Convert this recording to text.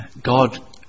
God